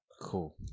Cool